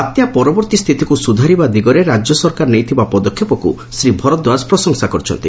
ବାତ୍ୟା ପରବର୍ତ୍ତୀ ସ୍ଥିତିକୁ ସୁଧାରିବା ଦିଗରେ ରାଜ୍ୟ ପଦକ୍ଷେପକୁ ଶ୍ରୀ ଭରଦ୍ୱାଜ ପ୍ରଶଂସା କରିଛନ୍ତି